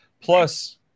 plus